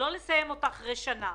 לא לסיים אותה אחרי שנה.